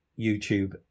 YouTube